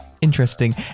Interesting